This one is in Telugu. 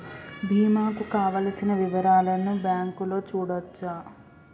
బీమా కు కావలసిన వివరాలను బ్యాంకులో చూడొచ్చా?